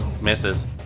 Misses